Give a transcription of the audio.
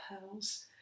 pearls